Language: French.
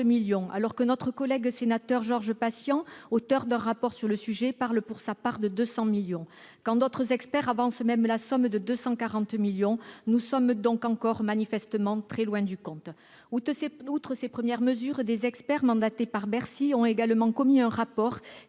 alors que notre collègue sénateur Georges Patient, auteur d'un rapport sur le sujet, parle pour sa part de 200 millions d'euros, d'autres experts avançant même la somme de 240 millions d'euros. Nous sommes donc encore manifestement très loin du compte ! Outre ces premières mesures, des experts, mandatés par Bercy, ont également commis un rapport